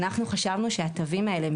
אנחנו חשבנו שבתווים האלה,